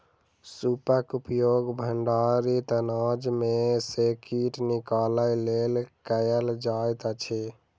सूपक उपयोग भंडारित अनाज में सॅ कीट निकालय लेल कयल जाइत अछि